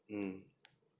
mm